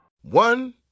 One